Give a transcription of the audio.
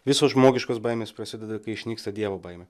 visos žmogiškos baimės prasideda kai išnyksta dievo baimė